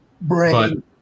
brain